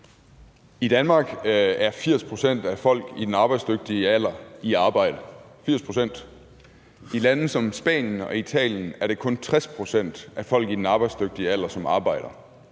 I Danmark er 80 pct. af folk i den arbejdsdygtige alder i arbejde – 80 pct. I lande som Spanien og Italien er det kun 60 pct. af folk i den arbejdsdygtige alder, som arbejder.